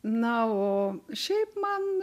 na o šiaip man